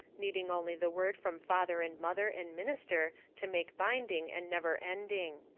needing only the word from father and mother and minister to make binding and never-ending.